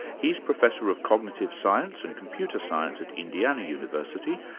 he's professor of cognitive science and computer science at indiana university,